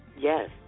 Yes